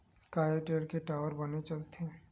का एयरटेल के टावर बने चलथे?